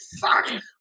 fuck